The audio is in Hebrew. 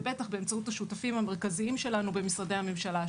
ובטח באמצעות השותפים המרכזיים שלנו במשרדי הממשלה השותפים.